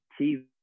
tv